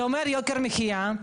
זה אומר יוקר מחיה,